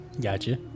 Gotcha